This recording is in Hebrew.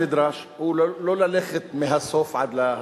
מה שנדרש הוא לא ללכת מהסוף עד להתחלה.